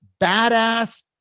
badass